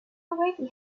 already